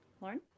Lauren